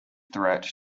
threat